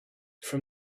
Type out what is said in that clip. from